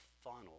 funnel